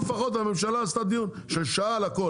הממשלה עשתה דיון של שעה על הכל.